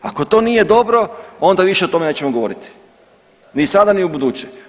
Ako to nije dobro onda više o tome nećemo govoriti ni sada ni ubuduće.